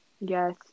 Yes